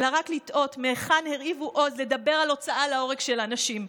אלא רק לתהות מהיכן הרהיבו עוז לדבר על הוצאה להורג של אנשים.